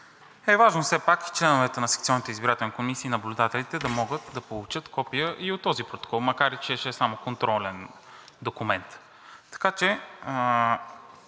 е важно все пак членовете на секционните избирателни комисии и наблюдателите да могат да получат копия и от този протокол, макар че ще е само контролен документ. Така че